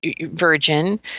virgin